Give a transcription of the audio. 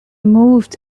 moved